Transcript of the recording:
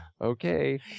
okay